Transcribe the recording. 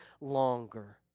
longer